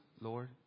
Lord